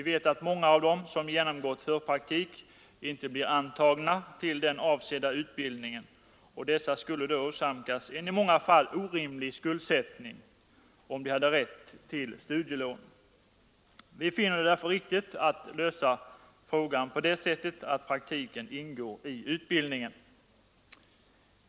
Vi vet att många av dem som genomgått förpraktik inte blir antagna till den avsedda utbildningen, och dessa skulle då åsamkas en i många fall orimlig skuldsättning om de hade rätt till studielån. Vi finner det därför riktigt att lösa frågan på det sättet att praktiken ingår i utbildningen.